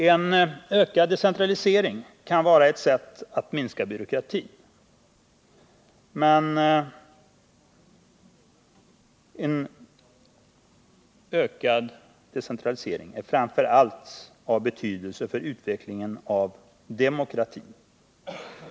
En ökad decentralisering kan vara ett sätt att minska byråkratin. Men en ökad decentralisering är framför allt av betydelse för utvecklingen av demokratin.